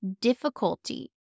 difficulty